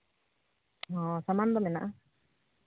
ᱦᱚᱸ ᱥᱟᱢᱟᱱ ᱫᱚ ᱢᱮᱱᱟᱜᱼᱟ